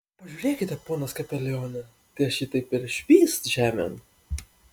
pažiūrėkite ponas kapelione tai aš jį taip ir švyst žemėn